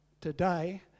today